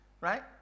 right